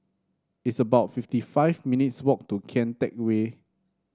it's about fifty five minutes' walk to Kian Teck Way